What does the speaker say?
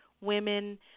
women